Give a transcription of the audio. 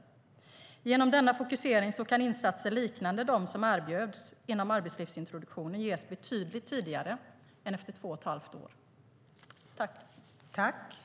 Genom denna fokusering kan insatser liknande dem som erbjöds inom Arbetslivsintroduktionen ges betydligt tidigare än efter två och ett halvt år.